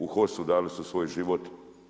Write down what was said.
U HOS-u dali su svoj život.